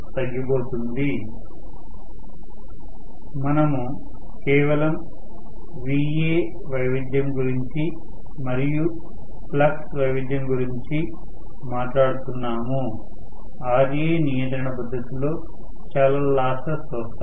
కాబట్టి మనము కేవలం Va వైవిధ్యం గురించి మరియు ఫ్లక్స్ వైవిధ్యం గురించి మాట్లాడుతున్నాము Ra నియంత్రణ పద్ధతిలో చాలా లాసెస్ వస్తాయి